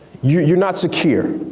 you're not secure.